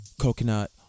coconut